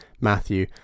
matthew